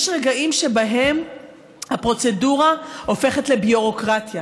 יש רגעים שבהם הפרוצדורה הופכת לביורוקרטיה,